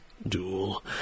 Duel